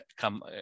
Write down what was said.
come